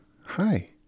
Hi